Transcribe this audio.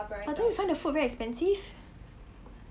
I thought you find the food very expensive